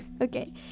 okay